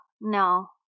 no